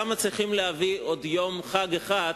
למה צריכים להביא עוד יום חג אחד,